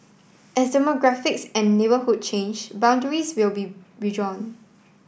as demographics and neighbourhood change boundaries will be be redrawn